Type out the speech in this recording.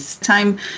time